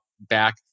back